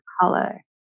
color